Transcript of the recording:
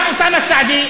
לקח את אוסאמה סעדי,